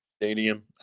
stadium